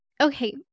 Okay